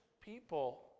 people